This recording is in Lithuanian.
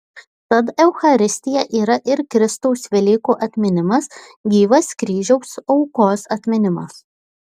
tad eucharistija yra ir kristaus velykų atminimas gyvas kryžiaus aukos atminimas